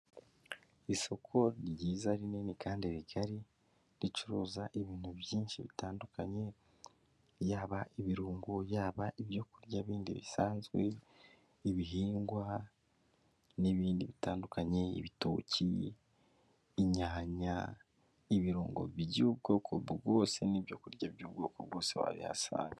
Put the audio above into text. Isoko ryiza rinini kandi rigari ricuruza ibintu byinshi bitandukanye yaba ibirungo, yaba ibyokurya bindi bisanzwe, ibihingwa n'ibindi bitandukanye, ibitoki, inyanya, ibirungo by'ubwoko bwose n'ibyokurya by'ubwoko bwose wabihasanga.